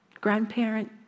grandparent